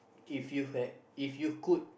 if you heard if you could